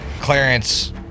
Clarence